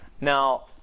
Now